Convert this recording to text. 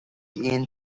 aon